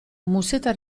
musetta